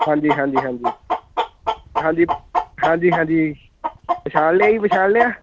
ਹਾਂਜੀ ਹਾਂਜੀ ਹਾਂਜੀ ਹਾਂਜੀ ਹਾਂਜੀ ਪਛਾਣ ਲਿਆ ਜੀ ਪਛਾਣ ਲਿਆ